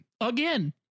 again